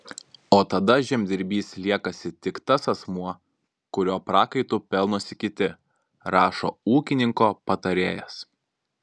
o tada žemdirbys liekasi tik tas asmuo kurio prakaitu pelnosi kiti rašo ūkininko patarėjas